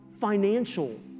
financial